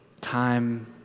time